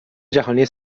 جهانی